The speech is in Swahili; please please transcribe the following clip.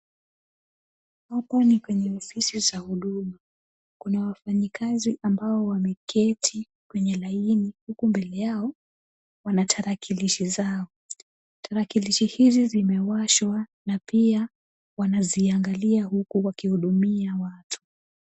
Huku ni kwenye ofisi za huduma. Kuna wafanyikazi ambao wameketi kwenye laini huku mbele yao wana tarakilishi zao. Tarakilishi hizi zimewashwa na pia wanaziangalia huku wakihudumia watu.